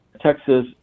Texas